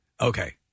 Okay